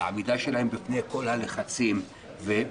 על העמידה שלהם בפני כל הלחצים בכפרים